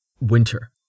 Winter